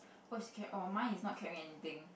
oh she carry oh mine is not carrying anything